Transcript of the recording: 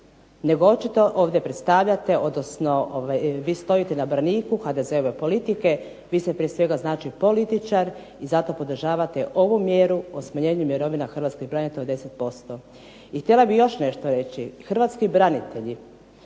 nego očito ovdje predstavljate, odnosno vi stojite na braniku HDZ-ove politike, vi ste prije svega znači političar i zato podržavate ovu mjeru o smanjenju mirovina hrvatskih branitelja od 10%. I htjela bih još nešto reći. Hrvatski branitelji